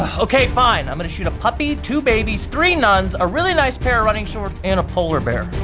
ah okay, fine. i'm gonna shoot a puppy, two babies, three nuns, a really nice pair of running shorts, and a polar bear.